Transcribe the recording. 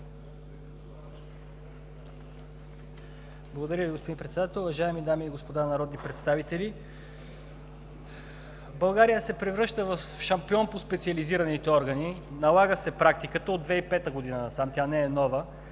Благодаря Ви, господин Председател. Уважаеми дами и господа народни представители! България се превръща в шампион по специализираните органи. Налага се практиката от 2005 г. насам, тя не е нова,